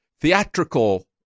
theatrical